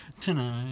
tonight